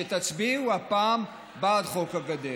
שתצביעו הפעם בעד חוק הגדר.